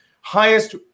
highest